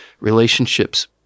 relationships